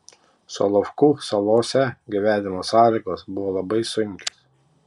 solovkų salose gyvenimo sąlygos buvo labai sunkios